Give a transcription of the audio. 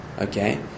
Okay